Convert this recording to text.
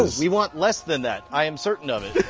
we want less than that, i am certain of it.